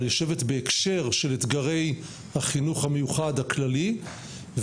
יושבת בהקשר של אתגרי החינוך המיוחד הכללי,